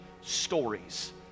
stories